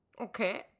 Okay